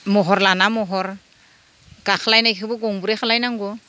महर लाना महर गाख्लायनायखोबो गंब्रै खालायनांगौ